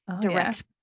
direct